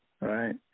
right